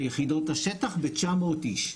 ביחידות השטח ב-900 איש.